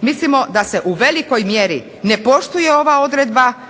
Mislimo da se u velikoj mjeri ne poštuje ova odredba,